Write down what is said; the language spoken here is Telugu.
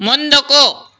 ముందుకు